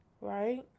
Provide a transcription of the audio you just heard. Right